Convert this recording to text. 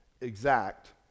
exact